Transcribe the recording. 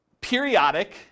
periodic